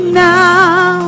now